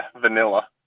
vanilla